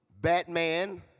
Batman